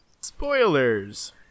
Spoilers